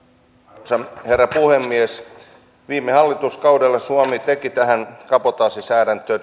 arvoisa herra puhemies viime hallituskaudella suomi teki tähän kabotaasisäädäntöön